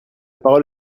parole